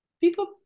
people